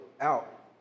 out